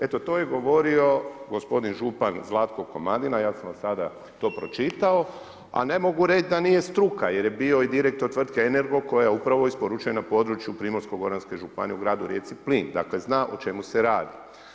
Eto to je govorio gospodin župan Zlatko Komadina, ja sam vam sada to pročitao, a ne mogu reći da nije struka jer je bio i direktor Tvrtke Energo koja upravo isporučuje na području Primorsko-goranske županije u gradu Rijeci plin, dakle zna o čemu se radi.